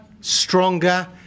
stronger